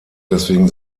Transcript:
deswegen